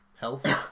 health